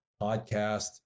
podcast